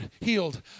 healed